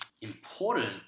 important